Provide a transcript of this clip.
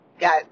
got